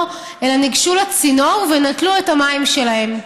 אלא ניגשו לצינור ונטלו את המים שלהם.